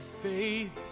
faith